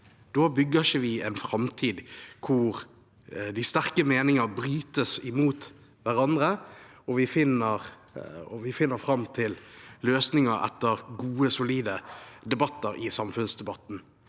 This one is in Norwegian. bygger vi ikke en framtid hvor de sterke meninger brytes mot hverandre, og hvor vi finner fram til løsninger etter gode, solide debatter i samfunnsdebatten.